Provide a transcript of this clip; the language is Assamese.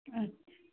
আচ্ছা